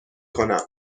کنم